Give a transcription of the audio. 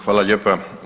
Hvala lijepa.